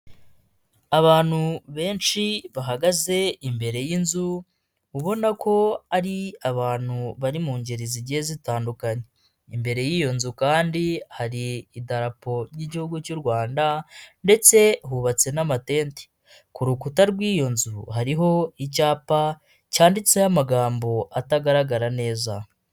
Abantu benshi bahagaze imbere y'inzu, ubona ko ari abantu bari mu ngeri zigiye zitandukanye, imbere y'iyo nzu kandi hari idarapo ry'igihugu cy'u Rwanda, ndetse hubatse n'amatente, ku rukuta rw'iyo nzu hariho icyapa cyanditseho amagambo atagaragara neza.